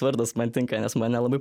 vardas man tinka nes mane labai